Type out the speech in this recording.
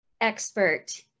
expert